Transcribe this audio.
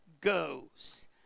goes